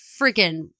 freaking